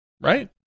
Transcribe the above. right